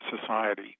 society